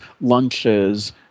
lunches